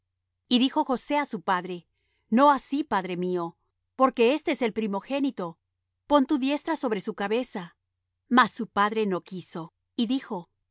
y dijo josé á su padre no así padre mío porque éste es el primogénito pon tu diestra sobre su cabeza mas su padre no quiso y dijo